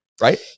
right